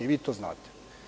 Vi to znate.